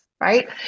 Right